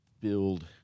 build